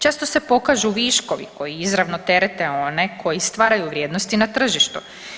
Često se pokažu viškovi koji izravno terete one koji stvaraju vrijednosti na tržištu.